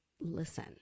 listen